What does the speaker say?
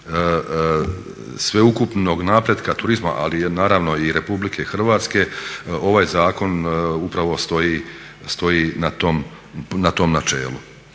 sveukupnog napretka turizma ali i naravno RH ovaj zakon upravo stoji na tom načelu.